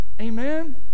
Amen